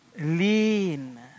Lean